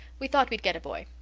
we thought we'd get a boy.